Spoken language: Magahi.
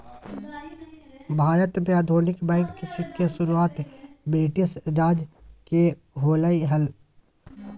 भारत में आधुनिक बैंक के शुरुआत ब्रिटिश राज में होलय हल